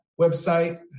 website